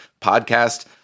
podcast